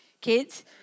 kids